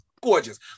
gorgeous